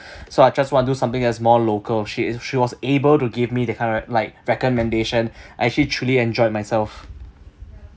so I just want do something that's more local she is she was able to give me that kind of like recommendation actually truly enjoyed myself